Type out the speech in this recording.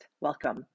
Welcome